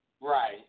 Right